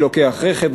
אני לוקח רכב,